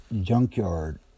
junkyard